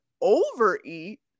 overeat